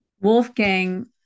Wolfgang